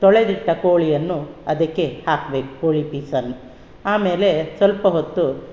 ತೊಳೆದಿಟ್ಟ ಕೋಳಿಯನ್ನು ಅದಕ್ಕೆ ಹಾಕ್ಬೇಕು ಕೋಳಿ ಪೀಸನ್ನು ಆಮೇಲೆ ಸ್ವಲ್ಪ ಹೊತ್ತು